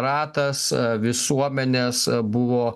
ratas visuomenės buvo